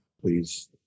please